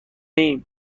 ایم